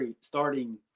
starting